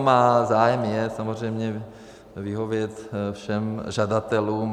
A zájem je samozřejmě vyhovět všem žadatelům.